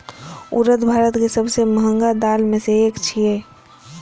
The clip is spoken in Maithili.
उड़द भारत के सबसं महग दालि मे सं एक छियै